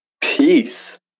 peace